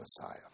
Messiah